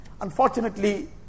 Unfortunately